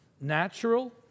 natural